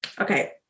okay